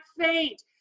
faint